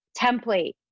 template